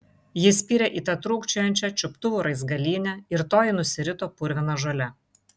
ji spyrė į tą trūkčiojančią čiuptuvų raizgalynę ir toji nusirito purvina žole